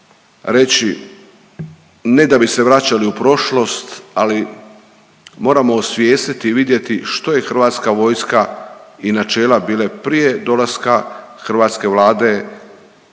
reći, ne da bi se vraćali u prošlost, ali moramo osvijestiti i vidjeti što je HV i načela bila prije dolaske hrvatske Vlade,